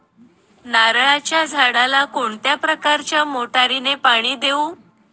नारळाच्या झाडाला कोणत्या प्रकारच्या मोटारीने पाणी देऊ?